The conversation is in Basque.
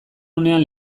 unean